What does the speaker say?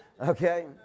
Okay